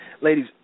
Ladies